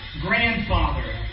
Grandfather